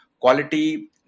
quality